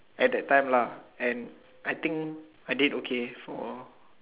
at that time lah and I think I did okay for